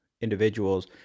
individuals